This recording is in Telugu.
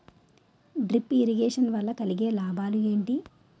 డ్రిప్ ఇరిగేషన్ వల్ల కలిగే లాభాలు ఏంటి?